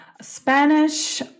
Spanish